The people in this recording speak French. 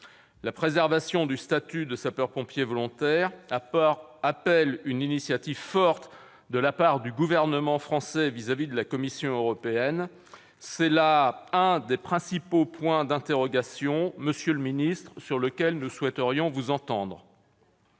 La préservation du statut de sapeur-pompier volontaire appelle une initiative forte de la part du Gouvernement français vis-à-vis de la Commission européenne. C'est là l'un des principaux points d'interrogation, monsieur le secrétaire d'État, sur lequel nous souhaiterions vous entendre.